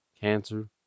Cancer